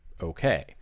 okay